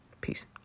Peace